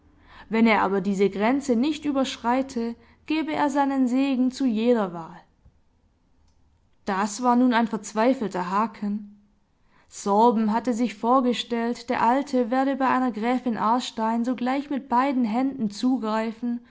wenn er aber diese grenze nicht überschreite gebe er seinen segen zu jeder wahl das war nun ein verzweifelter haken sorben hatte sich vorgestellt der alte werde bei einer gräfin aarstein sogleich mit beiden händen zugreifen